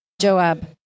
Joab